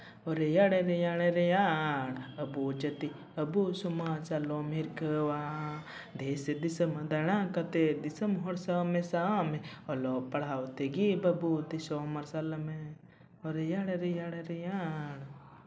ᱨᱮᱭᱟᱲ ᱨᱮᱭᱟᱲ ᱟᱹᱵᱩ ᱡᱟᱹᱛᱤ ᱟᱹᱵᱩ ᱥᱚᱢᱟᱡᱽ ᱟᱞᱚᱢ ᱦᱤᱨᱠᱷᱟᱹᱣᱟᱜ ᱫᱮᱥ ᱫᱤᱥᱳᱢ ᱫᱟᱬᱟ ᱠᱟᱛᱮᱜ ᱫᱤᱥᱚᱢ ᱦᱚᱲ ᱥᱟᱶ ᱢᱮᱥᱟᱜ ᱢᱮ ᱚᱞᱚᱜ ᱯᱟᱲᱦᱟᱣ ᱛᱮᱜᱮ ᱵᱟᱹᱵᱩ ᱫᱤᱥᱚᱢ ᱢᱟᱨᱥᱟᱞ ᱢᱮ ᱨᱮᱭᱟᱲ ᱨᱮᱭᱟᱲ ᱨᱮᱭᱟᱲ